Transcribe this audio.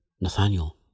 Nathaniel